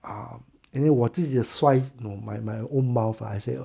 um anyway 我自己的衰我 my my own mouth lah I say what